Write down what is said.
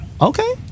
Okay